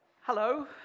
Hello